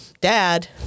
dad